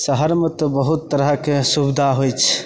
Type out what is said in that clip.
शहरमे तऽ बहुत तरहके सुबिधा होइत छै